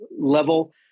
level